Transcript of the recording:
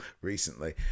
recently